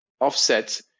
offset